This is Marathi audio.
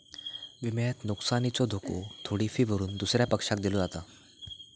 विम्यात नुकसानीचो धोको थोडी फी भरून दुसऱ्या पक्षाक दिलो जाता